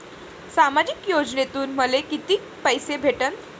सामाजिक योजनेतून मले कितीक पैसे भेटन?